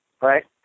right